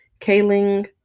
Kaling